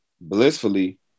blissfully